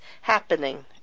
happening